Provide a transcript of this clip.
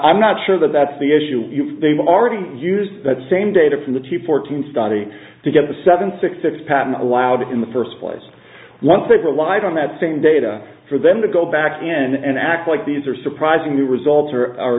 i'm not sure that that's the issue they've already used the same data from the cheap fourteen study to get the seven six six patent allowed in the first place once they've relied on that same data for them to go back in and act like these are surprisingly results or are